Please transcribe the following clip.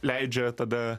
leidžia tada